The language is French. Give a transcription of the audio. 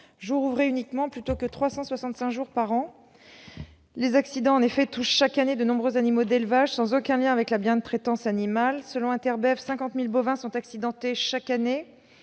jours ouvrés, plutôt que 365 jours par an. Les accidents touchent chaque année de nombreux animaux d'élevage, sans aucun lien avec la maltraitance animale. Selon Interbev, 50 000 bovins sont accidentés chaque année